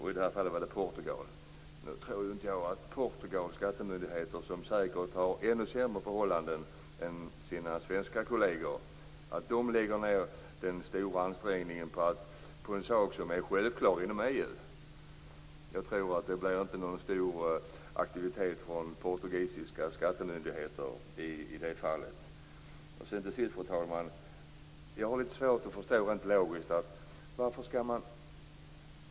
I detta fall handlade det om Portugal. Men jag tror inte att Portugals skattemyndigheter, som säkert har ännu sämre förhållanden än sina svenska kolleger, lägger ned så stor ansträngning på detta, eftersom denna typ av handel är självklar inom EU. Jag tror inte att det blir någon stor aktivitet från portugisiska skattemyndigheter i detta fall. Fru talman! Till sist vill jag säga att jag har litet svårt att rent logiskt förstå följande.